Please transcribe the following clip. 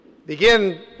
Begin